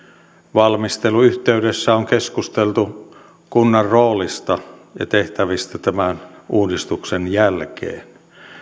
valmistelun yhteydessä on keskusteltu kunnan roolista ja tehtävistä tämän uudistuksen jälkeen